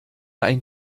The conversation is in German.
ein